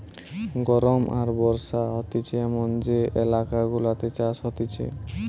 গরম আর বর্ষা হতিছে এমন যে এলাকা গুলাতে চাষ হতিছে